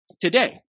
Today